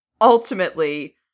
ultimately